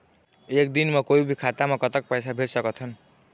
एक दिन म कोई भी खाता मा कतक पैसा भेज सकत हन?